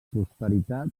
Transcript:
prosperitat